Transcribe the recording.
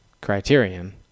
criterion